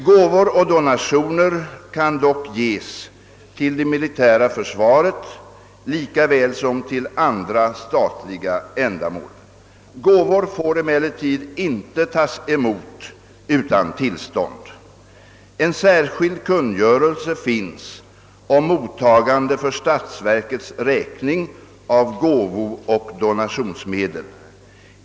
Gåvor och donationer kan dock ges till det militära försvaret lika väl som till andra statliga ändamål. Gåvor får emellertid inte tas emot utan tillstånd. En särskild kungörelse finns om mottagande för statsverkets räkning av gåvooch donationsmedel.